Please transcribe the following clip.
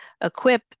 equip